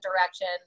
direction